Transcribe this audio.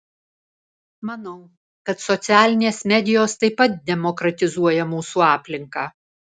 manau kad socialinės medijos taip pat demokratizuoja mūsų aplinką